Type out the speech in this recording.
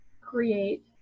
create